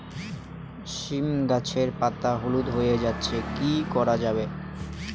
সীম গাছের পাতা হলুদ হয়ে যাচ্ছে কি করা যাবে?